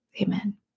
Amen